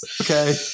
okay